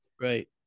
Right